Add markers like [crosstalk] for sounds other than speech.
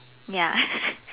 ya [laughs]